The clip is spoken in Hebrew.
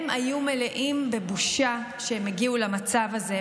הם היו מלאים בבושה על זה שהם הגיעו למצב הזה.